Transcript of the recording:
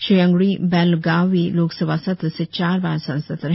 श्री अंगड़ी बेलगावी लोकसभा क्षेत्र से चार बार सांसद रहे